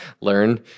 learn